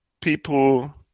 people